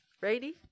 ready